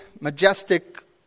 majestic